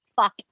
fuck